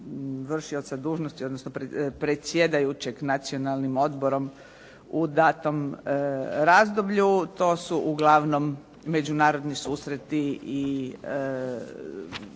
vršioca dužnosti odnosno predsjedajućeg Nacionalnim odborom u datom razdoblju. To su uglavnom međunarodni susreti,